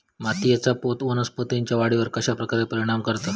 मातीएचा पोत वनस्पतींएच्या वाढीवर कश्या प्रकारे परिणाम करता?